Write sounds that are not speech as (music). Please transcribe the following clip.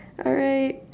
alright (laughs)